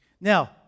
Now